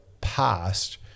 past